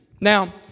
Now